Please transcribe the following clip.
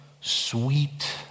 sweet